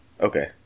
Okay